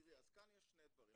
תראי, אז כאן יש שני דברים.